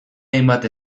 hainbat